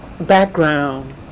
background